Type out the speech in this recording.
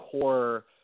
core